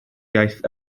iaith